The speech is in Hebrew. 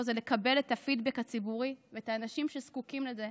זה לקבל את הפידבק הציבורי מאת האנשים שזקוקים לזה,